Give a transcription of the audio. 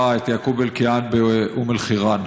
את יעקוב אבו אלקיעאן באום אל-חיראן.